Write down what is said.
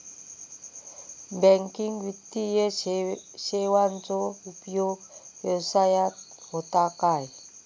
Banking वित्तीय सेवाचो उपयोग व्यवसायात होता काय?